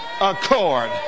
accord